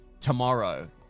tomorrow